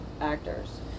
actors